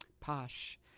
posh